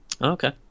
Okay